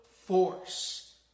force